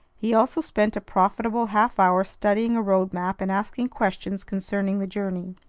he also spent a profitable half-hour studying a road-map and asking questions concerning the journey.